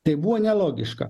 tai buvo nelogiška